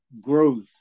growth